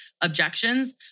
objections